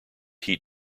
heat